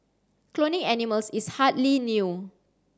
cloning animals is hardly new